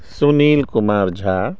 Sunil Kumar Jha